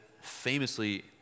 famously